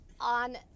on